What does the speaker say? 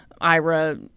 Ira